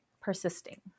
persisting